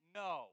no